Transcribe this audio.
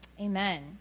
Amen